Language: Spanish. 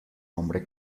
hombre